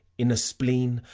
in a spleen,